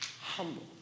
humble